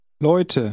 Leute